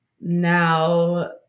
Now